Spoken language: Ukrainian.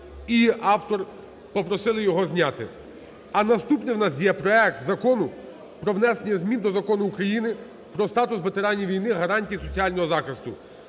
і автор попросили його зняти. А наступний в нас є проект Закону про внесення змін до Закону України "Про статус ветеранів війни і гарантії соціального захисту".